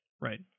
right